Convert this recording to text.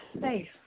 safe